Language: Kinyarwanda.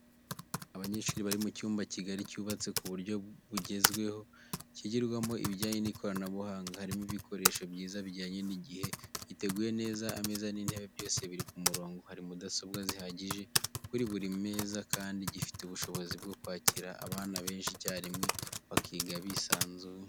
Abanyeshuri bari mu cyumba kigari cyubatse ku buryo bwugezweho, kigirwamo ibijyanye n'ikoranabuhanga, harimo ibikoresho byiza bijyanye n'igihe, giteguye neza, ameza n'intebe byose biri ku murongo, hari mudasobwa zihagije kuri buri meza kandi gifite ubushobozi bwo kwakira abana benshi icyarimwe bakiga bisanzuye.